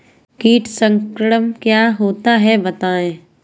कीट संक्रमण क्या होता है बताएँ?